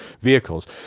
vehicles